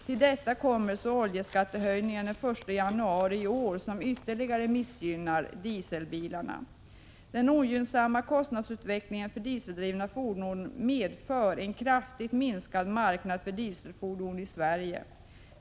Till detta kommer så oljeskattehöjningen den 1 januari i år, som ytterligare missgynnar dieselbilarna. Den ogynnsamma kostnadsutvecklingen för dieseldrivna fordon medför en kraftigt minskad marknad för dieselfordon i Sverige.